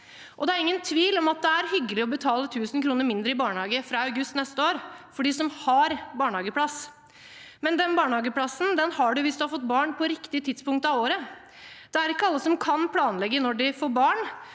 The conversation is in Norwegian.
Det er ingen tvil om at det er hyggelig å betale 1 000 kr mindre for barnehageplass fra august neste år – for dem som har barnehageplass. Den barnehageplassen har man hvis man har fått barn på «riktig» tidspunkt av året. Det er ikke alle som kan planlegge når de får barn.